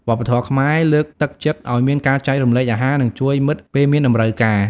វប្បធម៌ខ្មែរលើកទឹកចិត្តឲ្យមានការចែករំលែកអាហារ និងជួយមិត្តពេលមានតម្រូវការ។